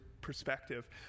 perspective